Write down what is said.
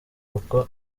kuko